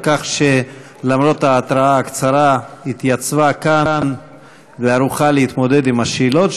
כך שלמרות ההתראה הקצרה התייצבה כאן והיא ערוכה להתמודד עם השאלות,